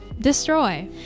destroy